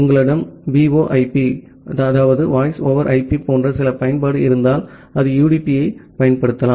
உங்களிடம் VoIP போன்ற சில பயன்பாடு இருந்தால் அது UDP ஐப் பயன்படுத்தலாம்